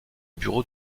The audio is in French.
bureau